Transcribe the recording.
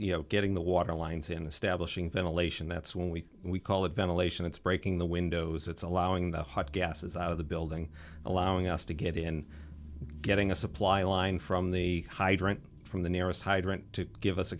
you know getting the water lines in establishing ventilation that's when we we call it ventilation it's breaking the windows it's allowing the hot gases out of the building allowing us to get in getting a supply line from the hydrant from the nearest hydrant to give us a